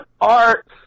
Art